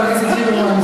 חבר הכנסת ליברמן,